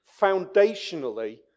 foundationally